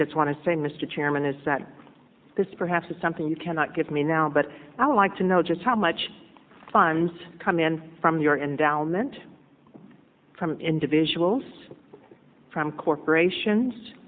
just want to say mr chairman is that this perhaps is something you cannot give me now but i would like to know just how much funds come in from your endowment from individuals from corporations